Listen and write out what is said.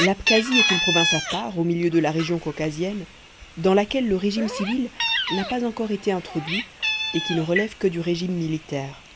l'abkasie est une province à part au milieu de la région caucasienne dans laquelle le régime civil n'a pas encore été introduit et qui ne relève que du régime militaire